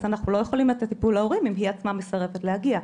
אז אנחנו לא יכולים לתת טיפול להורים אם היא עצמה מסרבת להגיע.